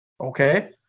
Okay